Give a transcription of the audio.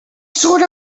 sort